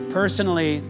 personally